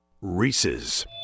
Reese's